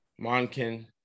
Monken